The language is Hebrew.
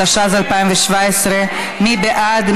התשע"ז 2017. מי בעד?